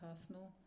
personal